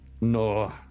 No